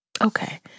okay